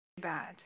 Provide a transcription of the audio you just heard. bad